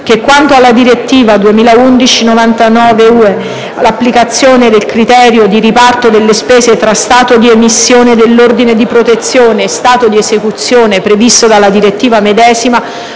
che, quanto alla direttiva 2011/99/UE, l'applicazione del criterio di riparto delle spese tra Stato di emissione dell'ordine di protezione e Stato di esecuzione, previsto dalla direttiva medesima,